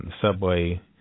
subway